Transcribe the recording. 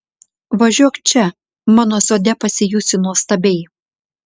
važiuok čia mano sode pasijusi nuostabiai